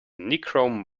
nichrome